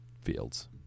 Fields